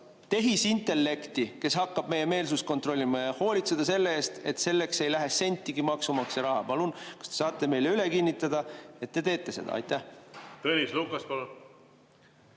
tehisintellekti, kes hakkab meie meelsust kontrollima, ja hoolitseda selle eest, et selleks ei läheks sentigi maksumaksja raha. Palun, kas te saate meile üle kinnitada, et te teete seda? Tõnis